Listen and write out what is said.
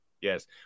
Yes